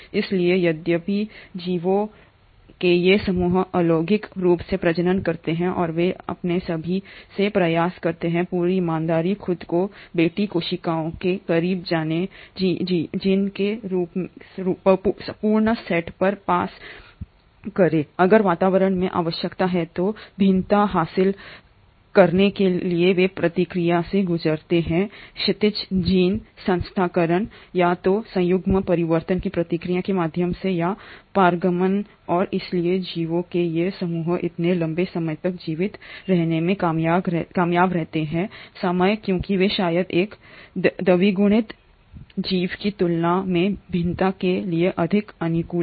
इसलिए यद्यपि जीवों के ये समूह अलैंगिक रूप से प्रजनन करते हैं और वे अपने सभी में प्रयास करते हैं पूरी ईमानदारी खुद को बेटी कोशिकाओं के करीब जीन के पूर्ण सेट पर पास करें अगर वातावरण में आवश्यकता है तो भिन्नता हासिल करने के लिए वे प्रक्रिया से गुजरते हैं क्षैतिज जीन स्थानांतरण या तो संयुग्मन परिवर्तन की प्रक्रिया के माध्यम से या पारगमन और इसलिए जीवों के ये समूह इतने लंबे समय तक जीवित रहने में कामयाब रहे हैं समय क्योंकि वे शायद एक द्विगुणित जीव की तुलना में भिन्नता के लिए अधिक अनुकूल हैं